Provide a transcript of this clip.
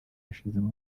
yashizemo